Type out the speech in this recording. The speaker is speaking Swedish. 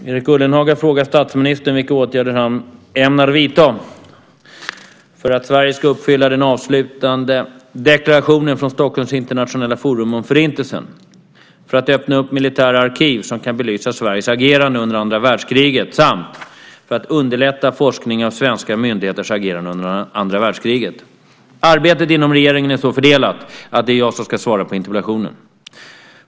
Herr talman! Erik Ullenhag har frågat statsministern vilka åtgärder han ämnar vidta för att Sverige ska uppfylla den avslutande deklarationen från Stockholms Internationella Forum om Förintelsen, för att öppna upp militära arkiv som kan belysa Sveriges agerande under andra världskriget samt för att underlätta forskning av svenska myndigheters agerande under andra världskriget. Arbetet inom regeringen är så fördelat att det är jag som ska svara på interpellationen.